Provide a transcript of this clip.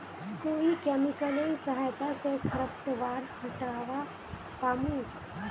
कोइ केमिकलेर सहायता से खरपतवार हटावा पामु